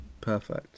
perfect